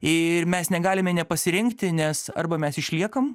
ir mes negalime nepasirinkti nes arba mes išliekam